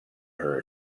her